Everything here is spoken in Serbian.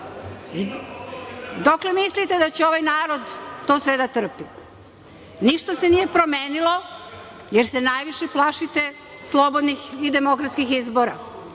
Dokle mislite da će ovaj narod to sve da trpi? Ništa se nije promenilo, jer se najviše plašite slobodnih i demokratskih izbora.